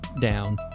Down